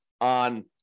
on